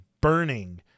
burning